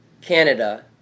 Canada